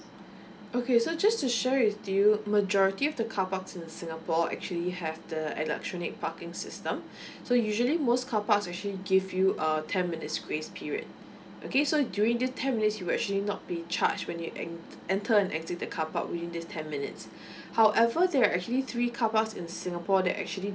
okay so just to share with you majority of the carparks in singapore actually have the electronic parking system so usually most carparks actually give you a ten minutes grace period okay so during this ten minutes you will actually not be charged when you en~ entered and exit the carpark within this ten minutes however there actually three carparks in singapore that actually